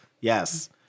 yes